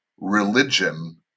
religion